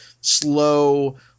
slow